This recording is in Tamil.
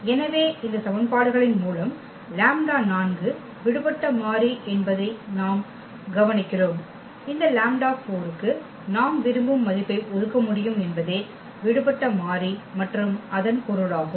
எனவே இந்த சமன்பாடுகளின் மூலம் லாம்ப்டா 4 விடுபட்ட மாறி என்பதை நாம் கவனிக்கிறோம் இந்த லாம்ப்டா 4 க்கு நாம் விரும்பும் மதிப்பை ஒதுக்க முடியும் என்பதே விடுபட்ட மாறி மற்றும் அதன் பொருளாகும்